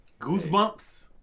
Goosebumps